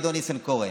אדון ניסנקורן,